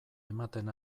ematen